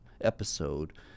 episode